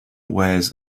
wears